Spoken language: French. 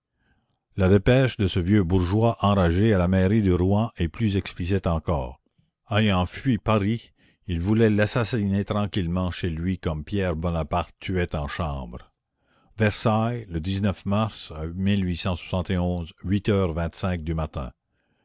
la dépêche de ce vieux bourgeois enragé à la mairie de rouen est plus explicite encore ayant fui paris il voulait l'assassiner tranquillement chez lui comme pierre bonaparte tuait en chambre ersailles le mars du matin